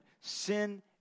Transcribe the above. sin